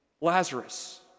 Lazarus